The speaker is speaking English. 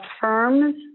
firms